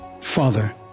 Father